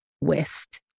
west